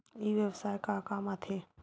ई व्यवसाय का काम आथे?